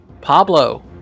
Pablo